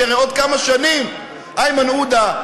כי הרי עוד כמה שנים איימן עודה,